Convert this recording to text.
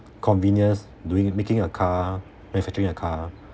convenience doing making a car manufacturing a car